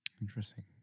interesting